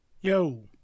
Yo